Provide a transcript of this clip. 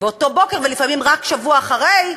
באותו בוקר, ולפעמים רק שבוע אחרי.